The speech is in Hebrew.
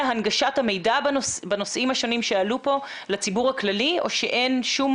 אלא הנגשת המידע בנושאים השונים שעלו פה לציבור הכללי או שאין שום